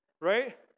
Right